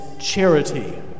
charity